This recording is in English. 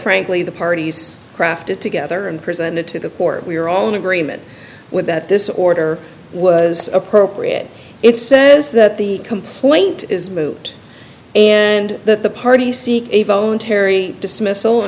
frankly the parties crafted together and presented to the poor we are all in agreement with that this order was appropriate it says that the complaint is moot and that the party seek a voluntary dismiss